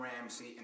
Ramsey